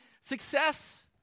success